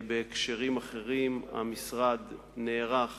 בהקשרים אחרים המשרד נערך